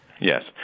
Yes